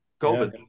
COVID